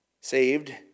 Saved